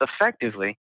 effectively